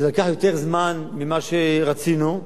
זה לקח יותר זמן ממה שרצינו,